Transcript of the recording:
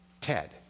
Ted